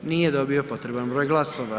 Nije dobio potreban broj glasova.